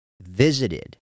visited